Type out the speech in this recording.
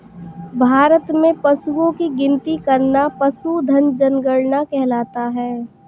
भारत में पशुओं की गिनती करना पशुधन जनगणना कहलाता है